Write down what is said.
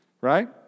right